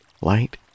light